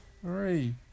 Three